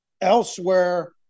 elsewhere